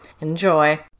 Enjoy